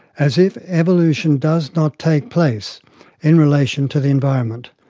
as if evolution does not take place in relation to the environment,